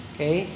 Okay